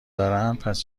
دارن، پس